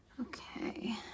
okay